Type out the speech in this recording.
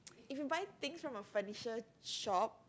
if you buy things from a furniture shop